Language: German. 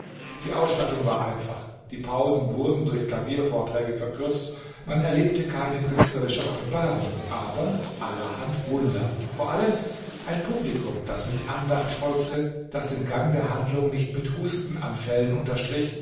die ausstattung war einfach die pausen wurden durch klaviervorträge verkürzt man erlebte keine künstlerische offenbarung aber allerhand wunder vor allem ein publikum das mit andacht folgte das den gang der handlung nicht mit hustenanfällen unterstrich